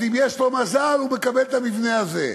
אז אם יש לו מזל הוא מקבל את המבנה הזה.